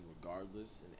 regardless